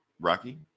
Rocky